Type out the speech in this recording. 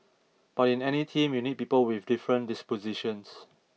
but in any team you need people with different dispositions